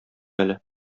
әле